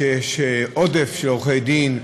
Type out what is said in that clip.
שיש עודף של עורכי דין,